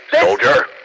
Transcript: Soldier